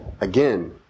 again